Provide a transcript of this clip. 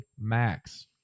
max